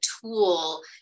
tool